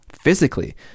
physically